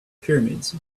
pyramids